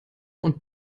und